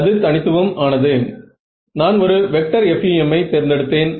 என்னுடைய முடிவுகள் நன்றாக தோன்ற வில்லை